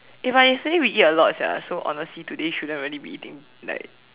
eh but yesterday we eat a lot sia so honestly today shouldn't really be eating like